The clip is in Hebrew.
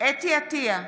חוה אתי עטייה,